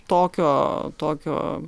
tokio tokio